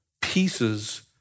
pieces